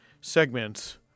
segments